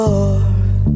Lord